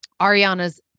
Ariana's